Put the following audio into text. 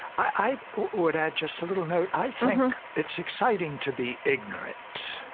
i would add just a little note. i think it's exciting to be ignorant.